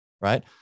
right